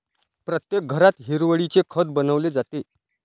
प्रत्येक घरात हिरवळीचे खत बनवले जाते